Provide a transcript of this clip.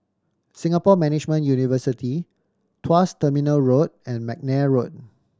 Singapore Management University Tuas Terminal Road and McNair Road